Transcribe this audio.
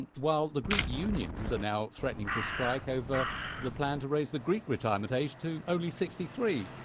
and while the greek unions are now threatening to strike over the plan to raise the greek retirement age to only sixty three.